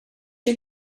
you